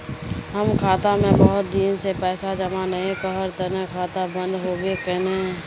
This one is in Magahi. हम खाता में बहुत दिन से पैसा जमा नय कहार तने खाता बंद होबे केने?